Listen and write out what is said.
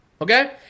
Okay